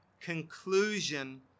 conclusion